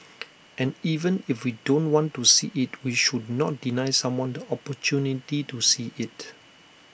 and even if we don't want to see IT we should not deny someone the opportunity to see IT